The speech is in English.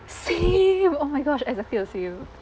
same oh my gosh exactly the same